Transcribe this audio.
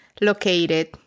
located